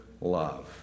love